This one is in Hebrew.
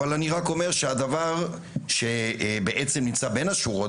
אבל אני רק אומר שהדבר שנמצא בין השורות